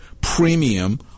premium